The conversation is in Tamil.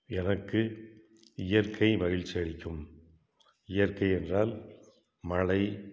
எனக்கு இயற்கை மகிழ்ச்சி அளிக்கும் இயற்கை என்றால் மழை